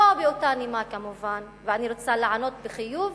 לא באותה נימה כמובן ואני רוצה להיענות בחיוב